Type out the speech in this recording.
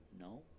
No